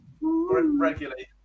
regularly